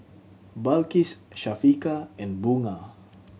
Balqis Syafiqah and Bunga